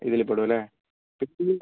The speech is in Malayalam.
ഇതിൽ പെടും അല്ലേ